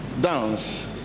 Dance